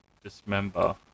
dismember